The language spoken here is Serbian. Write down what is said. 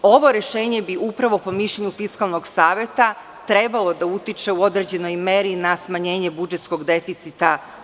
Ovo rešenje bi upravo po mišljenju Fiskalnog saveta trebalo da utiče u određenoj meri na smanjenje budžetskog deficita.